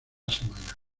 semana